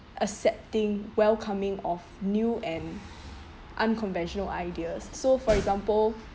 accepting welcoming of new and unconventional ideas so for example